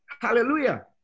Hallelujah